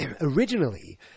originally